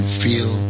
feel